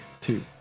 two